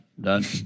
Done